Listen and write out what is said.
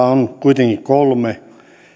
on kuitenkin kolme